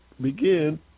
begin